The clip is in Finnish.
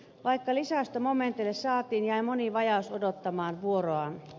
vaikka lisäystä momenteille saatiin jäi moni vajaus odottamaan vuoroaan